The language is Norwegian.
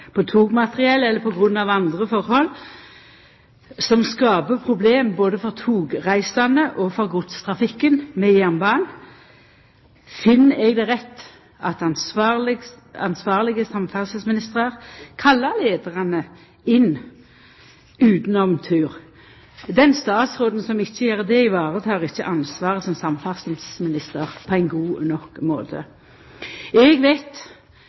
på togmateriell eller på grunn av andre forhold som skaper problem både for togreisande og for godstrafikken med jernbanen, finn eg det rett at ansvarlege samferdselsministrar kallar inn leiarane utanom tur. Den statsråden som ikkje gjer det, tek ikkje i vare ansvaret som samferdselsminister på ein god nok måte. Eg veit